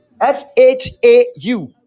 s-h-a-u